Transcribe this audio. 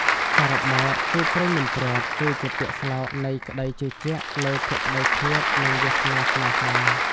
សរុបមក «គូព្រេងមិនព្រាត់» គឺជាពាក្យស្លោកនៃក្ដីជឿជាក់លើភក្តីភាព និងវាសនាស្នេហា។